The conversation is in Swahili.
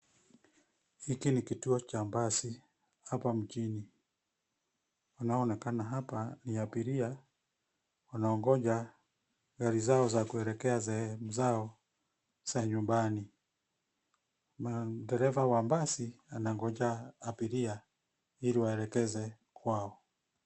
Hiki ni kituo cha basi hapa mjini. Wanaoonekana hapa ni abiria wanaongoja gari zao za kuelekea sehemu zao za nyumbani. Dereva wa basi anangoja abiria ili awaelekeze kwao.